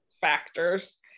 factors